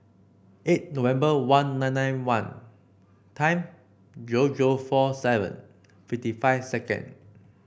eight November one nine nine one time zero zero four seven fifty five second